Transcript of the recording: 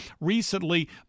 recently